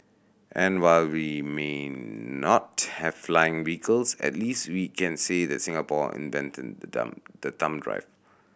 and while we may not have flying vehicles at least we can say that Singapore invented the thumb the thumb drive